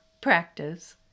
practice